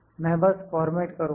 मैं बस फॉर्मेट करूँगा